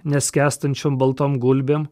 neskęstančiom baltom gulbėm